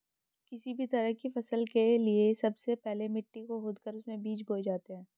किसी भी तरह की फसल के लिए सबसे पहले मिट्टी को खोदकर उसमें बीज बोए जाते हैं